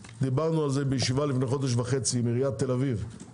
שדיברנו על זה בישיבה לפני חודש וחצי עם עיריית תל אביב,